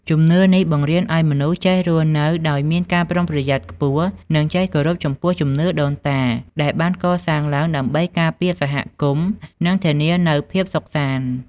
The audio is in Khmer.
ជំនឿនេះបង្រៀនឲ្យមនុស្សចេះរស់នៅដោយមានការប្រុងប្រយ័ត្នខ្ពស់ និងចេះគោរពចំពោះជំនឿដូនតា ដែលបានកសាងឡើងដើម្បីការពារសហគមន៍ និងធានានូវភាពសុខសាន្ត។